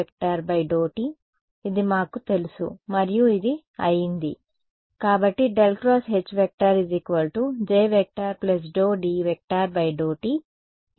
ఇది మాకు తెలుసు మరియు ఇది అయ్యింది